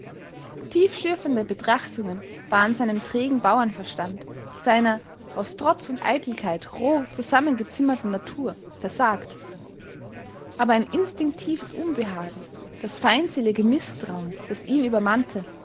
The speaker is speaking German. tiefschürfende betrachtungen waren seinem trägen bauernverstand seiner aus trotz und eitelkeit roh zusammengezimmerten natur versagt aber ein instinktives unbehagen das feindselige mißtrauen das ihn übermannte